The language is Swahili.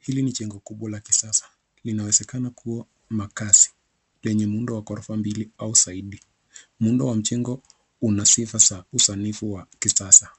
Hili ni jengo kubwa la kisasa. Linawezekana kuwa makazi yenye muundo wa gorofa mbili au zaidi. Muundo wa mjengo una sifa za usanifu wa kisasa